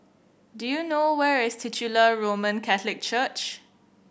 do you know where is Titular Roman Catholic Church